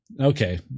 Okay